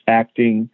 acting